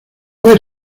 ver